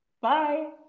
Bye